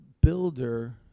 builder